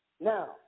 Now